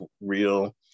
real